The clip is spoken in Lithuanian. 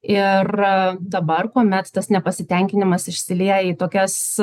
ir dabar kuomet tas nepasitenkinimas išsilieja į tokias